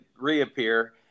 reappear